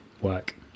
work